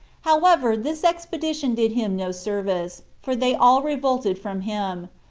however, this expedition did him no service, for they all revolted from him,